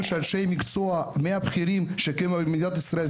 של אנשי מקצוע מהבכירים שקיימים במדינת ישראל.